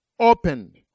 Opened